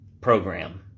program